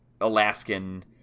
alaskan